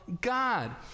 God